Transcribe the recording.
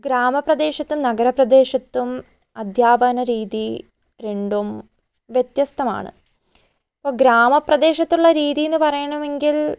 ഗ്രാമപ്രദേശത്തും നഗരപ്രദേശത്തും അധ്യാപനരീതി രണ്ടും വ്യത്യസ്തമാണ് ഇപ്പോൾ ഗ്രാമപ്രദേശത്തുള്ള രീതിയെന്ന് പറയണമെങ്കിൽ